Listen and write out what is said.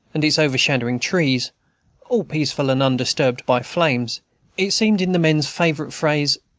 and its overshadowing trees all peaceful and undisturbed by flames it seemed, in the men's favorite phrase,